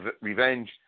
revenge